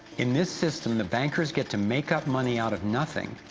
in this system the bankers get to make money out of nothing,